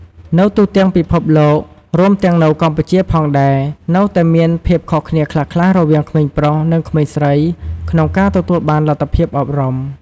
នៅទូទាំងពិភពលោក រួមទាំងនៅកម្ពុជាផងដែរ នៅតែមានភាពខុសគ្នាខ្លះៗរវាងក្មេងប្រុស និងក្មេងស្រីក្នុងការទទួលបានលទ្ធភាពអប់រំ។